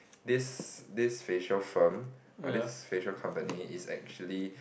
this this facial firm or this facial company is actually